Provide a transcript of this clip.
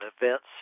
events